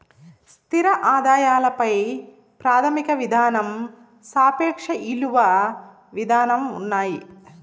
స్థిర ఆదాయాల పై ప్రాథమిక విధానం సాపేక్ష ఇలువ విధానం ఉన్నాయి